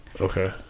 Okay